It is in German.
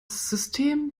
system